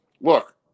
look